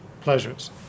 pleasures